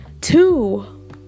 Two